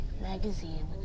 magazine